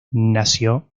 nació